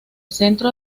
centro